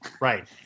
Right